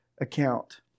account